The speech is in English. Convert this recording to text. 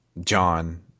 John